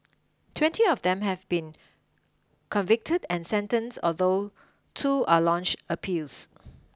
twenty of them have been convicted and sentenced although two are launched appeals